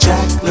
Jack